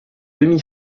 demi